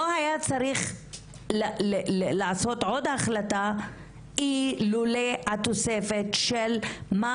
לא היה צריך לעשות עוד החלטה אילולא התוספת של מה